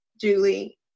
Julie